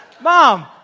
mom